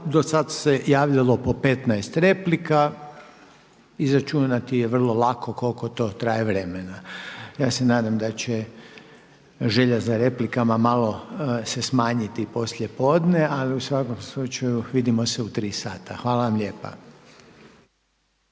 Do sada se javljalo po 15 replika, izračunati je vrlo lako koliko to traje vremena. Ja se nadam da će želja za replikama malo se smanjiti poslijepodne, ali u svakom slučaju vidimo se u tri sata. Hvala vam lijepa.